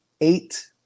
eight